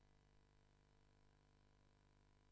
שני